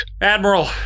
Admiral